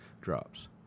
drops